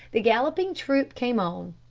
the galloping troop came on,